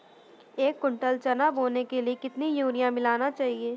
एक कुंटल चना बोने के लिए कितना यूरिया मिलाना चाहिये?